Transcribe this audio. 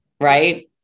right